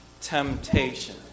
temptation